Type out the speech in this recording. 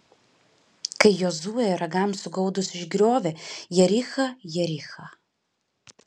kai jozuė ragams sugaudus išgriovė jerichą jerichą